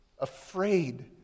afraid